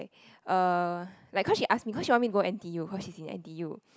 uh like cause she ask me cause she want me to go n_t_u cause she is in n_t_u